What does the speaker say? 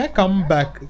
comeback